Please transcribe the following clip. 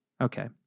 Okay